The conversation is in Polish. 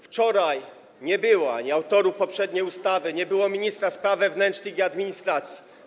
Wczoraj nie było autorów poprzedniej ustawy, nie było ministra spraw wewnętrznych i administracji.